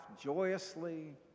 joyously